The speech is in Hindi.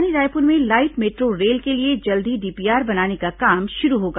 राजधानी रायपुर में लाइट मेट्रो रेल के लिए जल्द ही डीपीआर बनाने का काम शुरू होगा